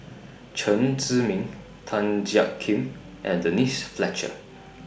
Chen Zhiming Tan Jiak Kim and Denise Fletcher